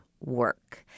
work